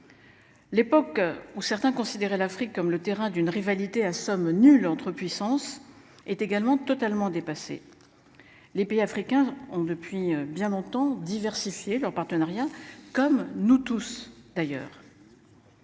L'époque où certains considérer l'Afrique comme le terrain d'une rivalité à somme nulle entre puissances est également totalement dépassé. Les pays africains ont depuis bien longtemps diversifier leurs partenariats, comme nous tous d'ailleurs.